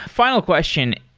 final question.